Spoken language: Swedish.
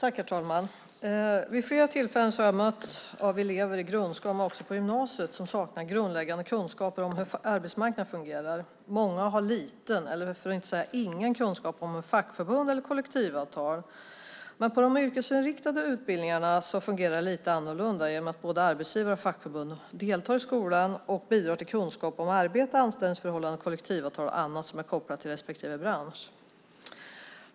Herr talman! Vid flera tillfällen har jag mötts av elever i grundskolan, men också på gymnasiet, som saknar grundläggande kunskaper om hur arbetsmarknaden fungerar. Många har liten eller ingen kunskap om fackförbund eller kollektivavtal. Men på de yrkesinriktade utbildningarna fungerar det lite annorlunda genom att både arbetsgivare och fackförbund deltar i skolan och bidrar till kunskap om arbete, anställningsförhållanden, kollektivavtal och annat som är kopplat till respektive bransch.